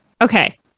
okay